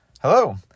Hello